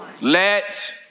Let